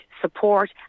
support